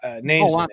names